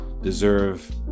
deserve